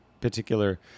particular